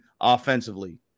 offensively